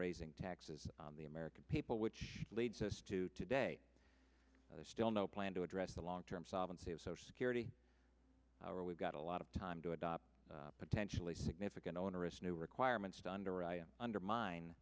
raising taxes on the american people which leads us to today still no plan to address the long term solvency of social security our we've got a lot of time to adopt potentially significant onerous new requirements to underwrite undermine